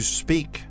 speak